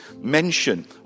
mention